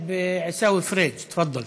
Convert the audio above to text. עיסאווי פריג', תפאדל.